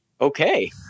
okay